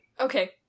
Okay